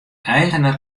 eigener